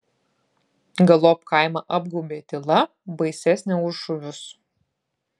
galop kaimą apgaubė tyla baisesnė už šūvius